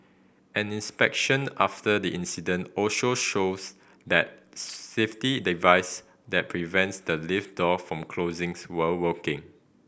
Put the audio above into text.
an inspection after the incident also shows that safety device that prevents the lift door from closings will working